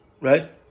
right